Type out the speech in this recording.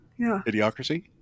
Idiocracy